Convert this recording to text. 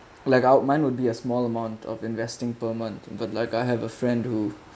like out mine would be a small amount of investing per month but like I have a friend who